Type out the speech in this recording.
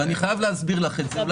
ואני חייב להסביר לך את זה.